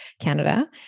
Canada